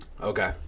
Okay